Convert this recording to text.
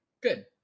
Good